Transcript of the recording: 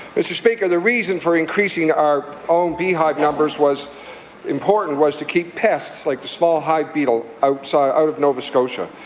mr. speaker, the reason for increasing our own beehive numbers was important. it was to keep pests like the small hive beetle out so out of nova scotia.